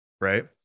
right